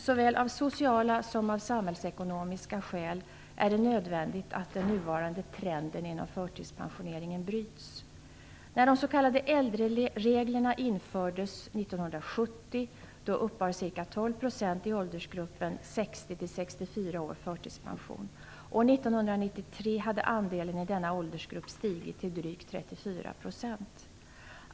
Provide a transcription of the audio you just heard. Såväl av sociala som av samhällsekonomiska skäl är det nödvändigt att den nuvarande trenden inom förtidspensioneringen bryts. 34 %.